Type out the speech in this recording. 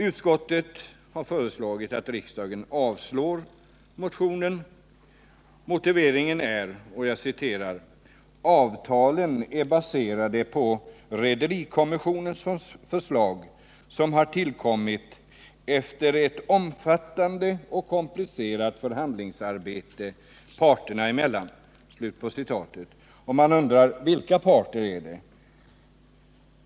Utskottet har föreslagit att riksdagen avslår motionen. Motiveringen är att ”avtalen är baserade på rederikommissionens förslag och har tillkommit efter ett omfattande och komplicerat förhandlingsarbete parterna emellan”. Man undrar: Vilka parter är det?